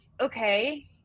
okay